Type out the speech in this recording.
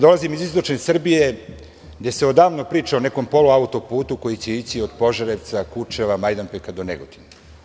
Dolazim iz istočne Srbije, gde se odavno priča o nekom polu auto-putu koji će ići od Požarevca, Kučeva, Majdanpeka do Negotina.